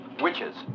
Witches